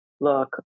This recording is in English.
look